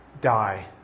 die